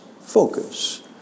Focus